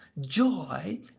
joy